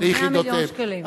100 מיליון שקלים.